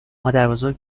مادربزرگ